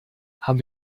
haben